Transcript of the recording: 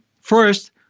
First